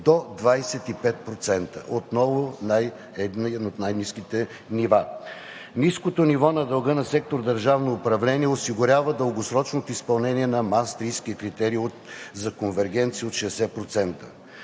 до 25%. Отново едно от най-ниските нива. Ниското ниво на дълга на сектор „Държавно управление“ осигурява дългосрочното изпълнение на Маастриския критерий за конвергенция от 60%.